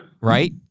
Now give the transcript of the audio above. Right